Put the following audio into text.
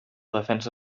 defensa